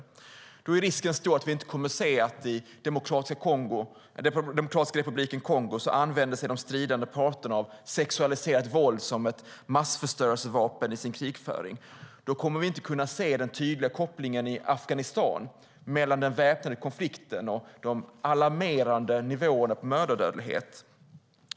Risken är då stor att vi inte kommer att se att de stridande parterna i Demokratiska republiken Kongo använder sig av sexualiserat våld som ett massförstörelsevapen i sin krigföring, och vi kommer inte att kunna se den tydliga kopplingen mellan den väpnade konflikten och de alarmerande mödradödlighetsnivåerna i Afghanistan.